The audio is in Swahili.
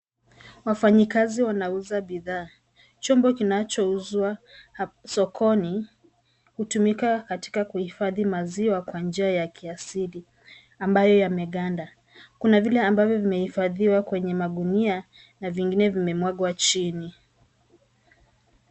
Wafanyikazi wanauza bidhaa, chombo kinachouzwa ha, sokoni, hutumika katika kuhifadhi maziwa kwa njia ya kiasili, ambayo yameganda. Kuna vile ambavyo vimehifadhiwa kwenye magunia, na vingine vimemwangwa chini.